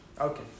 Okay